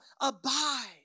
abide